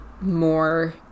more